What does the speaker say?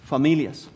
Familias